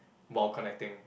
while connecting